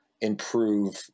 improve